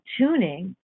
tuning